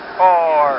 four